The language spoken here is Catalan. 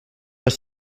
les